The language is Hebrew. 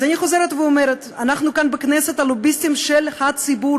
אז אני חוזרת ואומרת: אנחנו כאן בכנסת הלוביסטים של הציבור.